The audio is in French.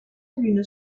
une